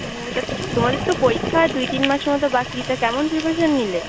ও তা তোমাদের তো পরীক্ষা দুই তিন মাস মতো বাকি তা কেমন প্রিপারেশান নিলে